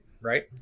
right